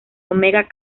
omega